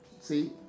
see